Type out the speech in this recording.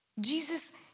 Jesus